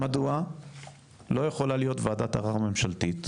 מדוע לא יכולה להיות וועדת ערער ממשלתית